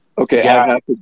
Okay